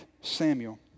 Samuel